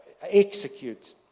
execute